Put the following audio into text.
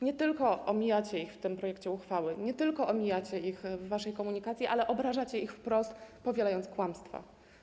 Nie tylko omijacie ich w tym projekcie uchwały, nie tylko omijacie ich w waszej komunikacji, ale też obrażacie ich wprost, powielając kłamstwa.